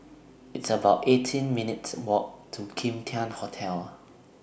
It's about eighteen minutes' Walk to Kim Tian Hotel